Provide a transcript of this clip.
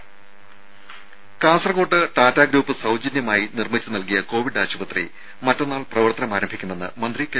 രുര കാസർകോട്ട് ടാറ്റ ഗ്രൂപ്പ് സൌജന്യമായി നിർമ്മിച്ച് നൽകിയ കോവിഡ് ആശുപത്രി മറ്റന്നാൾ പ്രവർത്തനം ആരംഭിക്കുമെന്ന് മന്ത്രി കെ